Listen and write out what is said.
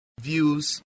views